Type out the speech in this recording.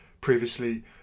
previously